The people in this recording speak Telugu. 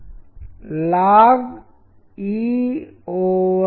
ప్రారంభ క్రెడిట్స్ ఇది చాలా డామినేట్ గా ఉంటుందని మీరు కనుగొంటారు